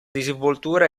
disinvoltura